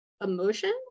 emotion